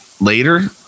later